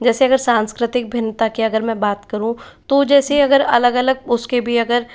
जैसे अगर सांस्कृतिक भिन्नता की अगर मैं बात करूँ तो जैसे अगर अलग अलग उसके भी अगर